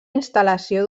instal·lació